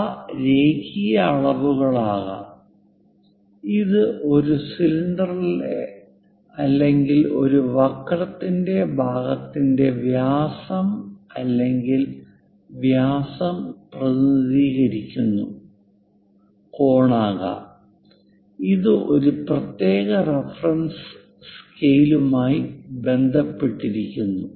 അവ രേഖീയ അളവുകൾ ആകാം ഇത് ഒരു സിലിണ്ടറിന്റെ അല്ലെങ്കിൽ ഒരു വക്രത്തിന്റെ ഭാഗത്തിന്റെ വ്യാസം അല്ലെങ്കിൽ വ്യാസം പ്രതിനിധീകരിക്കുന്ന കോണാകാം ഇത് ഒരു പ്രത്യേക റഫറൻസ് സ്കെയിലുമായി ബന്ധപ്പെട്ട് ഇരിക്കുന്നു